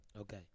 Okay